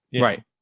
right